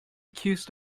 accused